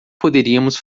poderíamos